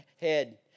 head